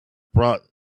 brought